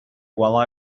while